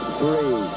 three